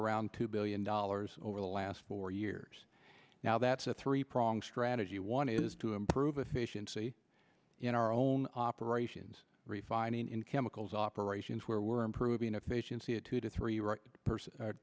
around two billion dollars over the last four years now that's a three pronged strategy one is to improve efficiency in our own operations refining in chemicals operations where we're improving efficiency of two to three right person